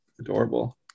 Adorable